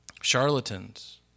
Charlatans